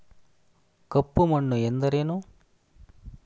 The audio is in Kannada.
ಕಪ್ಪು ಮಣ್ಣು ಎಂದರೇನು?